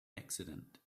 accident